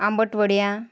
आंबट वड्या